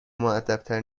مودبتر